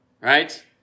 right